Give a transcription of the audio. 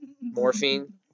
morphine